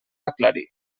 aclarir